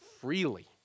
freely